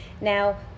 Now